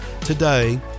today